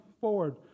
forward